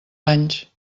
anys